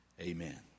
Amen